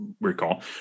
recall